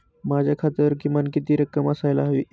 माझ्या खात्यावर किमान किती रक्कम असायला हवी?